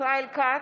ישראל כץ,